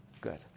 good